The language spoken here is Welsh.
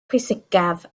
pwysicaf